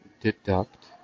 deduct